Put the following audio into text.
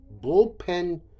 bullpen